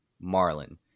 marlin